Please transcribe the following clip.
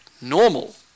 normal